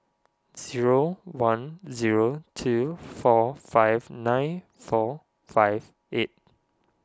zero one zero two four five nine four five eight